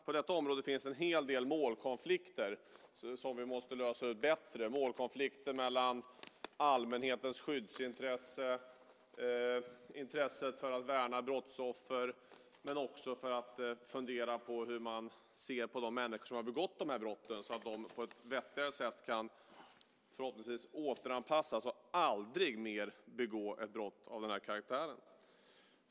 På detta område finns en hel del målkonflikter som vi måste lösa bättre, målkonflikter mellan allmänhetens skyddsintresse, intresset för att värna brottsoffer, men också för att fundera på hur man ser på de människor som har begått de här brotten så att de på ett vettigare sätt förhoppningsvis kan återanpassas och aldrig mer begå ett brott av den här karaktären.